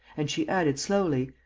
and she added, slowly,